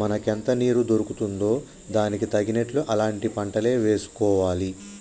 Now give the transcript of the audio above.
మనకెంత నీరు దొరుకుతుందో దానికి తగినట్లు అలాంటి పంటలే వేసుకోవాలి